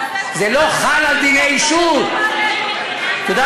אני שואלת אותך: למה זה, זה לא חל על דיני אישות.